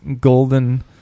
golden